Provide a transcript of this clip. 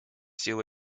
силу